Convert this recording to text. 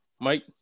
Mike